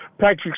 Patrick